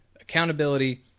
accountability